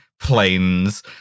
planes